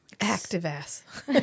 Active-ass